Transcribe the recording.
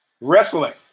Wrestling